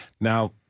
Now